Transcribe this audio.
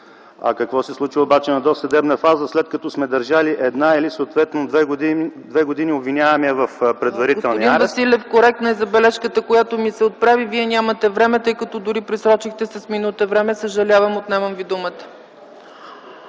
Какво се случва обаче на досъдебна фаза, след като сме държали една или съответно две години обвиняемия в предварителния арест…